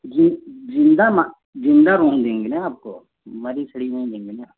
जी ज़िंदा मा ज़िंदा मिल जाएगी ना आपको मरी सड़ी नहीं देंगे ना